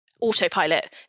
autopilot